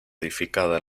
edificada